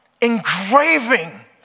engraving